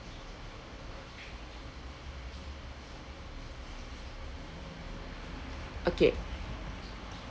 okay